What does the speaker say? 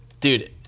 dude